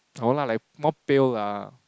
no lah like more pale lah